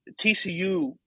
TCU